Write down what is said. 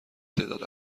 تعداد